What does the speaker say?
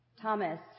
Thomas